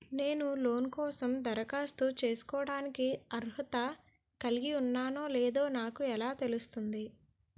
నేను లోన్ కోసం దరఖాస్తు చేసుకోవడానికి అర్హత కలిగి ఉన్నానో లేదో నాకు ఎలా తెలుస్తుంది?